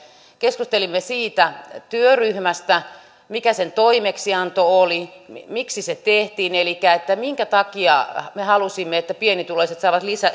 keskustelimme siitä työryhmästä mikä sen toimeksianto oli miksi se tehtiin elikkä minkä takia me halusimme että pienituloiset saavat